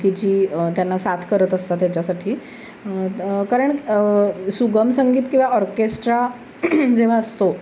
की जी त्यांना साथ करत असतात याच्यासाठी कारण सुगम संगीत किंवा ऑर्केस्ट्रा जेव्हा असतो